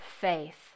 faith